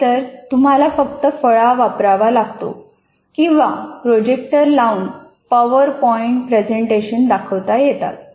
नाहीतर तुम्हाला फक्त फळा वापरावा लागतो किंवा प्रोजेक्टर लावून पावर पॉइंट प्रेझेंटेशन दाखवता येतात